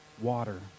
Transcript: water